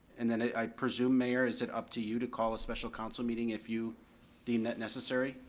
and then i presume mayor, is it up to you to call a special council meeting if you deem that necessary?